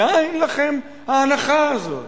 מאין לכם ההנחה הזאת?